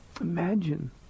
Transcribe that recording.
Imagine